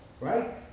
right